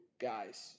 guys